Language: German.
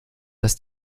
dass